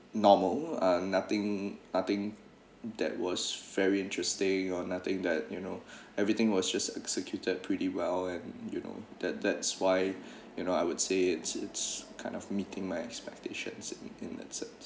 normal uh nothing nothing that was very interesting or nothing that you know everything was just executed pretty well and you know that that's why you know I would say it's it's kind of meeting my expectations in in that sense